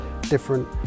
different